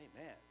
Amen